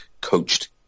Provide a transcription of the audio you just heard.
coached